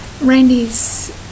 Randy's